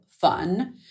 fun